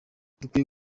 dukwiye